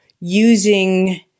using